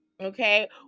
okay